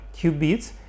qubits